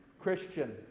christian